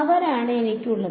അവരാണ് എനിക്കുള്ളത്